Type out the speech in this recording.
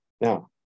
Now